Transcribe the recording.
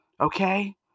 Okay